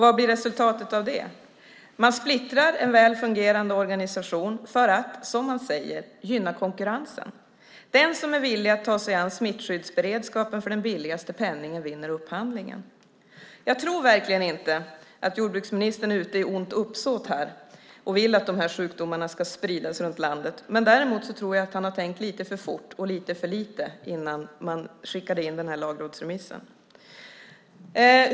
Vad blir resultatet av det? Man splittrar en väl fungerande organisation för att, som man säger, gynna konkurrensen. Den som är villig att ta sig an smittskyddsberedskapen för den billigaste penningen vinner upphandlingen. Jag tror verkligen inte att jordbruksministern har ont uppsåt och vill att de här sjukdomarna ska spridas runt landet. Däremot tror jag att han har tänkt lite för fort och lite för lite innan man skickade in lagrådsremissen.